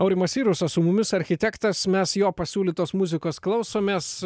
aurimas irusas su mumis architektas mes jo pasiūlytos muzikos klausomės